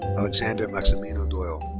alexander maximino doyle.